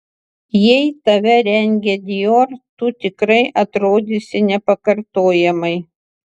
jei tave rengia dior tu tikrai atrodysi nepakartojamai